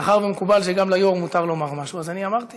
מאחר שמקובל שגם ליו"ר מותר לומר משהו, אני אמרתי